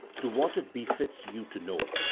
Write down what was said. to what it befits you to know.